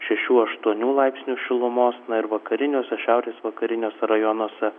šešių aštuonių laipsnių šilumos ir vakariniuose šiaurės vakariniuose rajonuose